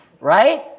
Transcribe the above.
right